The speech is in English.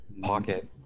pocket